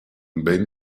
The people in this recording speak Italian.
ben